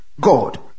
God